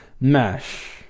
mesh